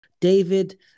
David